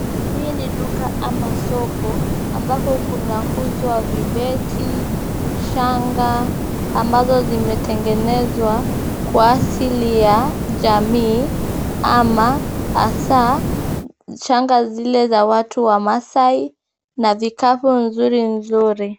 Hii ni duka ama soko ambako kunauzwa vibeti, shanga, ambazo zimetengenezwa kwa ajili ya jamii ama hasa shanga zile za watu wamaasai na vikapu nzuri nzuri.